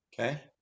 okay